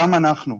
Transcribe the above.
גם אנחנו,